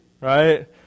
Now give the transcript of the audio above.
right